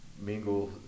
mingle